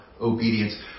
obedience